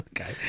Okay